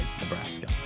nebraska